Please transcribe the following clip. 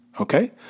Okay